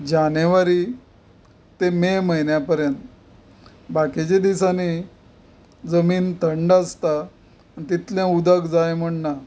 जानेवारी ते मे म्हयन्या पर्यंत बाकीच्या दिसांनी जमीन थंड आसता तितलें उदक जाय म्हण ना